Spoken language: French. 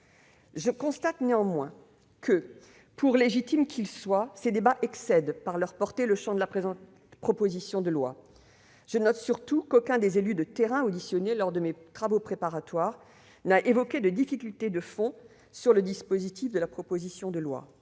en commission. Néanmoins, pour légitimes qu'ils soient, de tels débats excèdent par leur portée le champ de la présente proposition de loi. Je note surtout qu'aucun des élus de terrain auditionnés lors de mes travaux préparatoires n'a évoqué de difficulté de fond sur le dispositif de la proposition de loi,